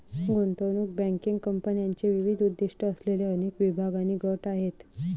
गुंतवणूक बँकिंग कंपन्यांचे विविध उद्दीष्टे असलेले अनेक विभाग आणि गट आहेत